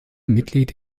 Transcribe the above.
mitglied